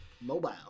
mobile